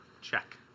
check